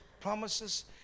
promises